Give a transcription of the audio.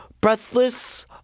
Breathless